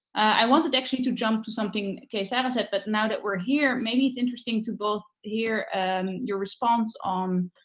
i wanted actually to jump to something kay sara said, but now that we're here maybe it's interesting to both hear and your response on